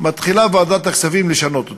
מתחילה ועדת הכספים לשנות אותו.